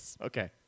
Okay